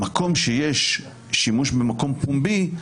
כשיש שימוש במקום פומבי,